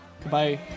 Goodbye